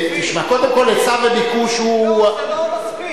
תשמע, קודם כול, היצע וביקוש זה, לא, זה לא מספיק.